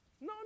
no